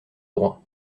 droit